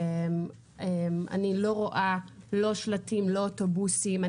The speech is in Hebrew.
אני לא רואה שלטים ואוטובוסים.